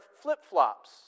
flip-flops